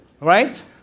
right